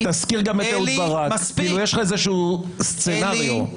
אם תצא למעלית הסמוכה תראה שהוועדה נמצאת בקומה 1,